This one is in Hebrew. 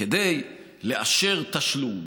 כדי לאשר תשלום,